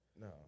no